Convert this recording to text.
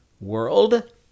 world